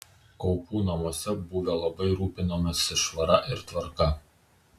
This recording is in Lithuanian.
kaupų namuose buvę labai rūpinamasi švara ir tvarka